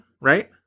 Right